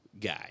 guy